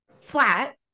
flat